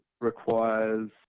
requires